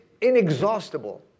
inexhaustible